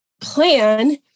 plan